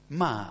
ma